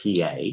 pa